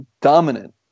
dominant